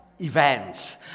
events